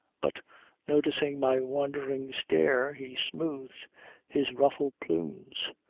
but noticing my wondering stare he smoothed his ruffled plumes.